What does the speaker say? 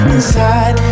Inside